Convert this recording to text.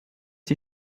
die